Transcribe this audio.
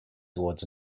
toward